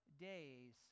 days